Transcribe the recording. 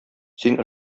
син